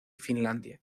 finlandia